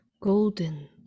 golden